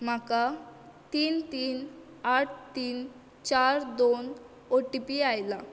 म्हाका तीन तीन आठ तीन चार दोन ओ टी पी आयला